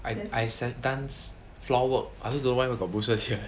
I I floor work I also don't know why got bruises here